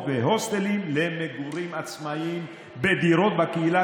והוסטלים למגורים עצמאיים בדירות בקהילה,